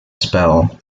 spell